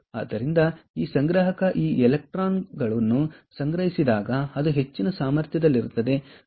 ಆದ್ದರಿಂದ ಸಂಗ್ರಾಹಕ ಈ ಎಲೆಕ್ಟ್ರಾನ್ಗಳನ್ನು ಸಂಗ್ರಹಿಸಿದಾಗ ಅದು ಹೆಚ್ಚಿನ ಸಾಮರ್ಥ್ಯದಲ್ಲಿರುತ್ತದೆ ಮತ್ತು